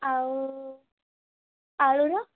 ଆଉ ଆଳୁର